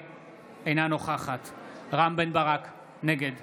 אינה נוכחת רם בן ברק, נגד